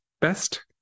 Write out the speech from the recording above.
best